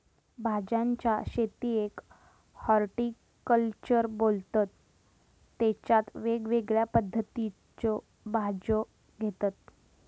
भाज्यांच्या शेतीयेक हॉर्टिकल्चर बोलतत तेच्यात वेगवेगळ्या पद्धतीच्यो भाज्यो घेतत